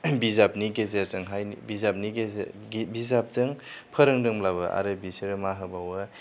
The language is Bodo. बिजाबनि गेजेरजोंहाय बिजाबनि गेजेर बिजाबजों फोरोंदोंब्लाबो आरो बिसोरो मा होबावो